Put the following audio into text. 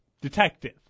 detective